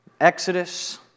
Exodus